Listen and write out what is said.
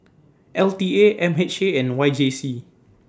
L T A M H A and Y J C